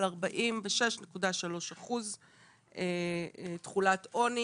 ב-2020 על 46.3% תחולת עוני